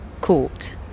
Court